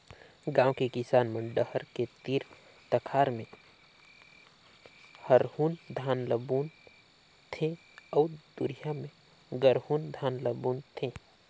गांव के किसान मन डहर के तीर तखार में हरहून धान ल बुन थें अउ दूरिहा में गरहून धान ल बून थे